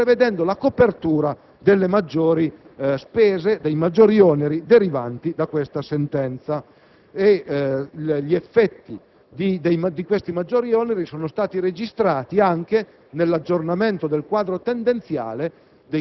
prevedendo la copertura delle maggiori spese derivanti da questa sentenza. Gli effetti di tali maggiori oneri sono stati registrati anche nell'aggiornamento del quadro tendenziale